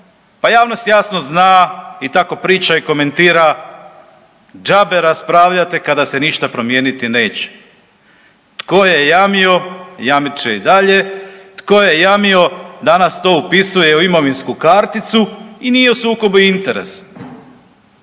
pa javnost jasno zna i tako priča i komentira, džabe raspravljate kada se ništa promijeniti neće. Tko je jamio, jamit će i dalje, tko je jamio, danas to upisuje u imovinsku karticu i nije u sukobu interesa.